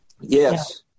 Yes